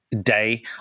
day